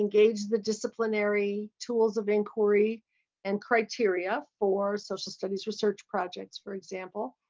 engage the disciplinary tools of inquiry and criteria for social studies research projects, for example.